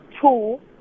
Two